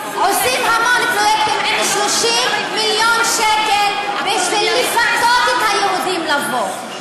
עושים המון פרויקטים עם 30 מיליון שקל בשביל לפתות את היהודים לבוא,